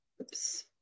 Oops